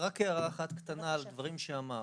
רק הערה אחת קטנה על דברים שאמרת.